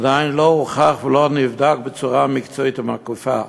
זה עדיין לא הוכח, ולא נבדק בצורה מקצועית ומקיפה.